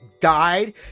died